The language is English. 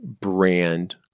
brand